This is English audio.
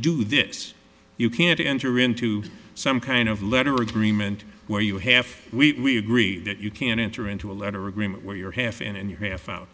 do this you can't enter into some kind of letter agreement where you have we agree that you can enter into a letter agreement where you're half in and you're half out